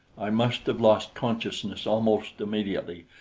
i must have lost consciousness almost immediately,